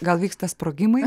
gal vyksta sprogimai